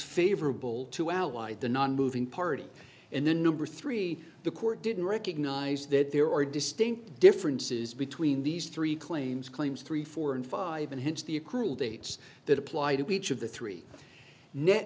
favorable to our why the nonmoving party and then number three the court didn't recognize that there are distinct differences between these three claims claims three four and five and hence the accrual dates that apply to each of the three net